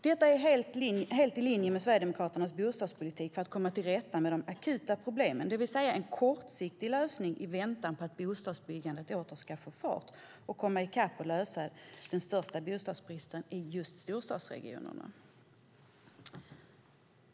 Detta är helt i linje med Sverigedemokraternas bostadspolitik för att komma till rätta med de akuta problemen, det vill säga en kortsiktig lösning i väntan på att bostadsbyggandet åter ska få fart, komma i kapp och lösa den stora bostadsbristen i storstadsregionerna.